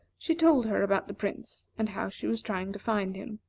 she told her about the prince, and how she was trying to find him.